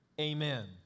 Amen